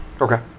Okay